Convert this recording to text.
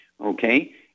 Okay